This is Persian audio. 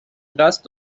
قصد